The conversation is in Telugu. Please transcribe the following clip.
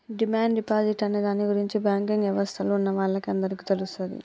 డిమాండ్ డిపాజిట్ అనే దాని గురించి బ్యాంకింగ్ యవస్థలో ఉన్నవాళ్ళకి అందరికీ తెలుస్తది